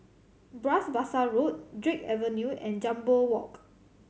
Bras Basah Road Drake Avenue and Jambol Walk